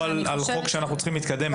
דנים בחוק שאנחנו צריכים להתקדם בו.